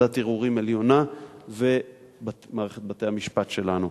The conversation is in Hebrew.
ועדת ערעורים עליונה ומערכת בתי-המשפט שלנו.